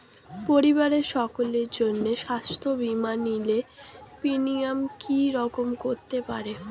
পরিবারের সকলের জন্য স্বাস্থ্য বীমা নিলে প্রিমিয়াম কি রকম করতে পারে?